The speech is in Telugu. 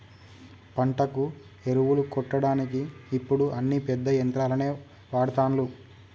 పంటకు ఎరువులు కొట్టడానికి ఇప్పుడు అన్ని పెద్ద యంత్రాలనే వాడ్తాన్లు